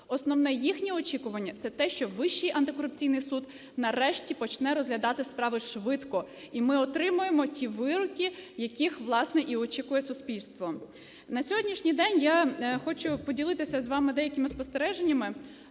Основне їхнє очікування – це те, що Вищий антикорупційний суд нарешті почне розглядати справи швидко, і ми отримаємо ті вироки, яких, власне, і очікує суспільство. На сьогоднішній день (я хочу поділитися з вами деякими спостереженнями)